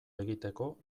egiteko